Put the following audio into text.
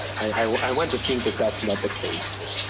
i i want to think that that's not the case.